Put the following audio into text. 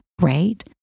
right